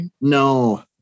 No